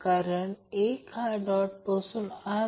म्हणून bandwidth f0Q